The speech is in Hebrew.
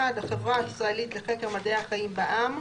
(1)החברה הישראלית לחקר מדעי החיים בע"מ,